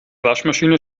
waschmaschine